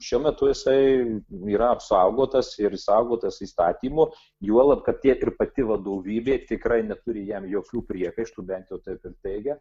šiuo metu jisai yra apsaugotas ir saugotas įstatymu juolab kad tie ir pati vadovybė tikrai neturi jam jokių priekaištų bent jau taip teigia